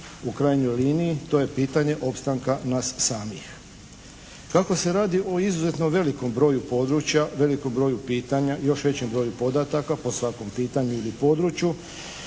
U krajnjoj liniji to je pitanje opstanka nas samih. Kako se radi o izuzetno velikom broju područja, velikom broju pitanja, još većem podataka po svakom pitanju ili području